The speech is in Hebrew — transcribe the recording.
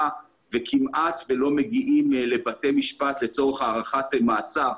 וכמעט ולא מגיעים לבתי משפט לצורך הארכת מעצר.